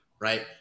right